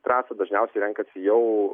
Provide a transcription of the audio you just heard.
trasą dažniausiai renkasi jau